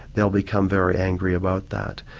they'll become very angry about that.